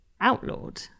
outlawed